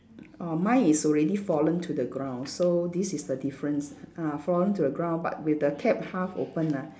orh mine is already fallen to the ground so this is the difference ah fallen to the ground but with the cap half open ah